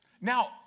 Now